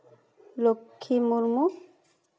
Lakshmi Murmu